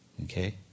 Okay